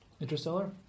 Interstellar